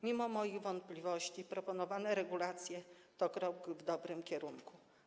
Mimo moich wątpliwości proponowane regulacje to krok w dobrym kierunku.